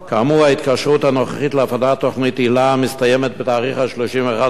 ההתקשרות הנוכחית להפעלת תוכנית היל"ה מסתיימת ב-31 באוגוסט.